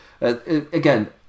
again